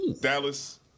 Dallas